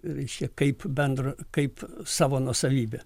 reiškia kaip bendrą kaip savo nuosavybę